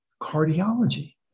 cardiology